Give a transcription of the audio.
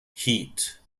heat